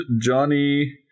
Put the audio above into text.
Johnny